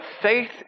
faith